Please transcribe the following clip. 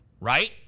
right